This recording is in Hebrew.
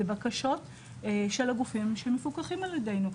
לבקשות של הגופים שמפוקחים על ידינו.